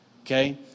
okay